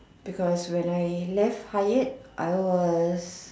because when I left Hyatt I was